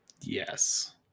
yes